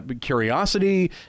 curiosity